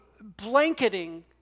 blanketing